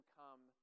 come